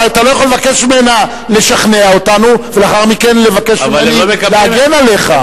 אבל אתה לא יכול לבקש ממנה לשכנע אותנו ולאחר מכן לבקש ממני להגן עליך.